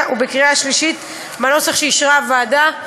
ובקריאה שלישית בנוסח שאישרה הוועדה.